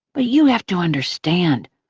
but you have to understand,